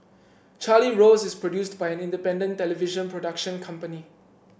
Charlie Rose is produced by an independent television production company